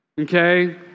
Okay